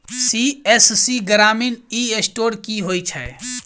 CSC ग्रामीण e store की होइ छै?